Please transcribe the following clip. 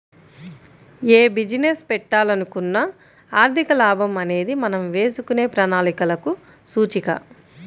యే బిజినెస్ పెట్టాలనుకున్నా ఆర్థిక లాభం అనేది మనం వేసుకునే ప్రణాళికలకు సూచిక